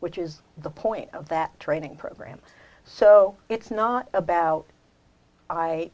which is the point of that training program so it's not about i